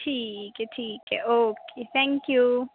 ਠੀਕ ਹੈ ਠੀਕ ਹੈ ਓਕੇ ਥੈਂਕਯੂ